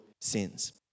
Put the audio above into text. sins